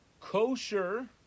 kosher